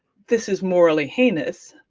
this is morally heinous,